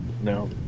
No